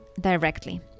directly